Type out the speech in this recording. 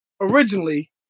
originally